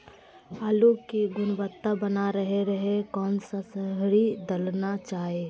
आलू की गुनबता बना रहे रहे कौन सा शहरी दलना चाये?